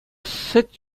сӗт